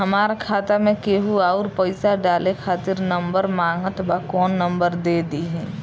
हमार खाता मे केहु आउर पैसा डाले खातिर नंबर मांगत् बा कौन नंबर दे दिही?